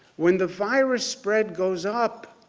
when the virus spread goes up,